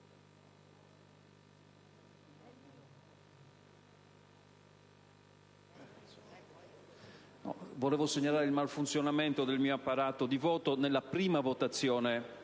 vorrei segnalare il malfunzionamento del mio apparato di voto nella prima votazione